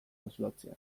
deslotzea